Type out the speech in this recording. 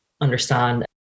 understand